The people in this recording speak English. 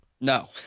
No